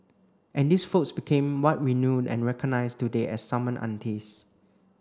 and these folks became what we know and recognise today as summon aunties